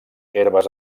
herbes